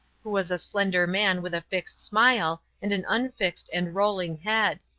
who was a slender man with a fixed smile and an unfixed and rolling head.